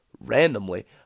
randomly